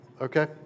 Okay